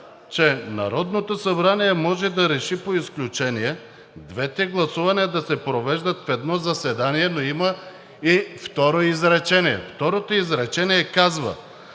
че Народното събрание може да реши по изключение двете гласувания да се провеждат в едно заседание, но има и второ изречение. Второто изречение казва: